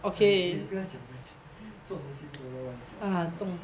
ah eh 不要讲不要讲这种东西不能乱乱讲 uh